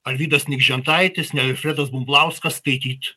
alvydas nikžentaitis nei alfredas bumblauskas skaityt